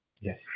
Yes